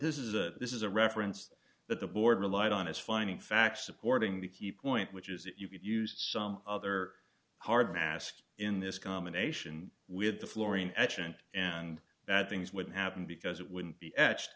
this is a this is a reference that the board relied on as finding facts supporting the key point which is that you could use some other hard mast in this combination with the fluorine etchant and that things wouldn't happen because it wouldn't be etched